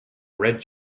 red